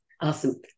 Awesome